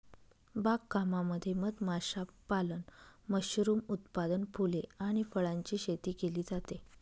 बाग कामामध्ये मध माशापालन, मशरूम उत्पादन, फुले आणि फळांची शेती केली जाते